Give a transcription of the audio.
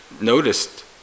noticed